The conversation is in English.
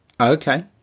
Okay